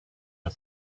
are